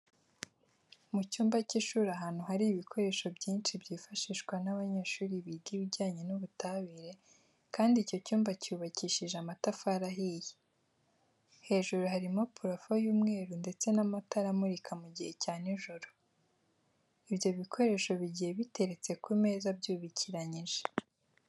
Mu cyumba cy'ishuri ahantu hari ibikoresho byinshi byifashishwa n'abanyeshuri biga ibijyanye n'ubutabire kandi icyo cyumba cyubakishije amatafari ahiye. Hejuru harimo purafo y'umweru ndetse n'amatara amurika mu gihe cya n'ijoro. Ibyo bikoresho bigiye biteretse ku meza byubikiranyije.